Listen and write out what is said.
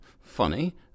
Funny